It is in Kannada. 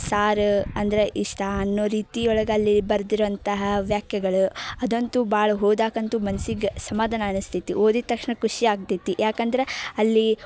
ಸಾರು ಅಂದ್ರೆ ಇಷ್ಟ ಅನ್ನೋ ರೀತಿಯೊಳ್ಗೆ ಅಲ್ಲಿ ಬರೆದಿರೋವಂತಹ ವ್ಯಾಕ್ಯಗಳು ಅದಂತೂ ಭಾಳ ಹೋದಾಗಂತೂ ಮನ್ಸಿಗೆ ಸಮಾಧಾನ ಅನಿಸ್ತೈತಿ ಓದಿದ ತಕ್ಷಣ ಖುಷಿಯಾಗ್ತೈತಿ ಯಾಕಂದ್ರೆ ಅಲ್ಲಿ